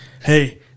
Hey